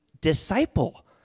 disciple